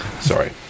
Sorry